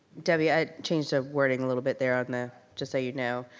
debbie, i changed the wording a little bit there on the, just so you know.